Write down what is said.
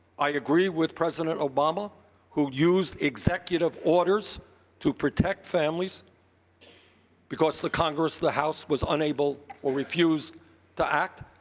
i agree with president obama who used executive orders to protect families because the congress, the house was unable or refused to act.